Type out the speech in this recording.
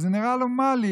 וזה נראה נורמלי,